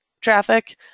traffic